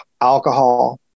alcohol